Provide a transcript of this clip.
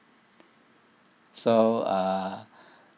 so uh